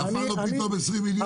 נפלו לו פתאום 20 מיליון,